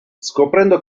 scoprendo